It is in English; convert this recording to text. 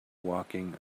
walking